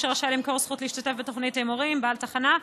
שרשאי למכור זכות להשתתף בתוכנית הימורים (בעל תחנה),